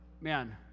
man